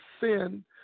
sin